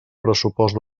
pressupost